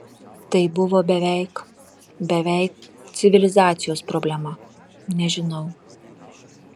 tai buvo beveik beveik civilizacijos problema nežinau